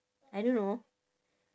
I don't know